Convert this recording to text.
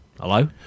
Hello